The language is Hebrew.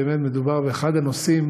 באמת מדובר באחד הנושאים